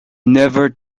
never